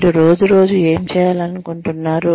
మీరు రోజు రోజు ఏమి చేయాలనుకుంటున్నారు